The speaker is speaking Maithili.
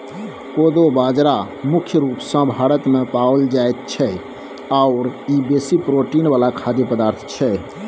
कोदो बाजरा मुख्य रूप सँ भारतमे पाओल जाइत छै आओर ई बेसी प्रोटीन वला खाद्य पदार्थ छै